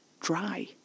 dry